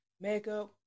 makeup